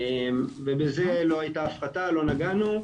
ובזה לא הייתה הפחתה, לא נגענו.